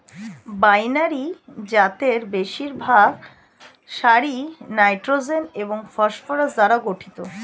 binary জাতের বেশিরভাগ সারই নাইট্রোজেন এবং ফসফরাস দ্বারা গঠিত